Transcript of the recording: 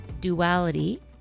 duality